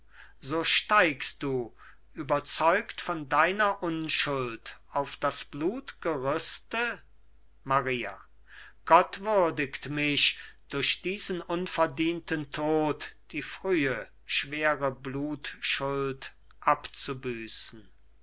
so steigst du überzeugt von deiner unschuld auf das blutgerüste maria gott würdigt mich durch diesen unverdienten tod die frühe schwere blutschuld abzubüßen